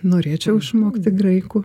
norėčiau išmokti graikų